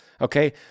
Okay